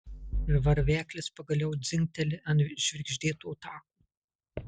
ir varveklis pagaliau dzingteli ant žvirgždėto tako